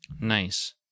Nice